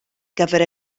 gyfer